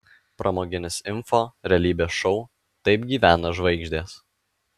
pramoginis info realybės šou taip gyvena žvaigždės